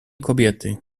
kobiety